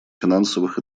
финансовых